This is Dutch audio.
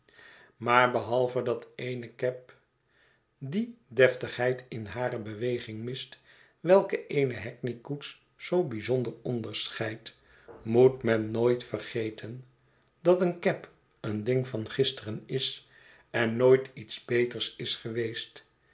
maar behalve dat eene cab die deftigheid in hare beweging mist welke eene hackney koets zoo bijzonder onderscheidt moet men nooit vergeten dat eene cab een ding van gisteren is en nooit iets beters is geweest